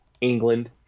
England